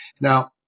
Now